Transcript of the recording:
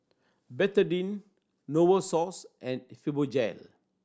Betadine Novosource and Fibogel